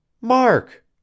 Mark